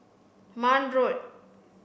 Marne Road